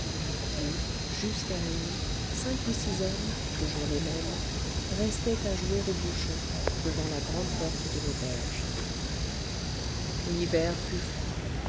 et jusqu'à la nuit cinq ou six hommes toujours les mêmes restaient à jouer au bouchon devant la grande porte de l'auberge l'hiver fut froid